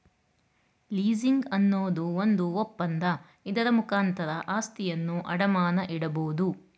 leasing ಅನ್ನೋದು ಒಂದು ಒಪ್ಪಂದ, ಇದರ ಮುಖಾಂತರ ಆಸ್ತಿಯನ್ನು ಅಡಮಾನ ಇಡಬೋದು